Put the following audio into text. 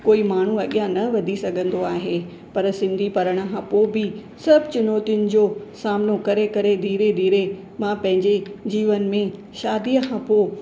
कोई माण्हू अॻियां न वधी सघंदो आहे पर सिंधी पढ़ण खां पोि बि सभु चुनौतियुनि जो सामनो करे करे धीरे धीरे मां पंहिंजे जीवन में शादीअ खां पोइ